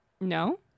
no